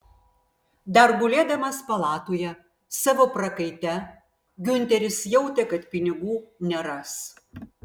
dar gulėdamas palatoje savo prakaite giunteris jautė kad pinigų neras